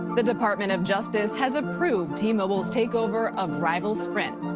the department of justice has approved t-mobile's takeover of rival sprint.